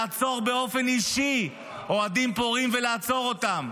לעצור באופן אישי אוהדים פורעים, לעצור אותם.